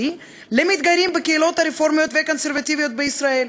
למתגיירים בקהילות הרפורמיות והקונסרבטיביות בישראל,